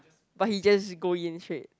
but he just go in straight